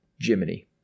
Jiminy